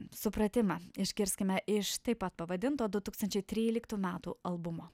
supratimą išgirskime iš taip pat pavadinto du tūkstančiai tryliktų metų albumo